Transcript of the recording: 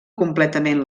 completament